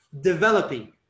developing